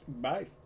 Bye